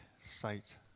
sight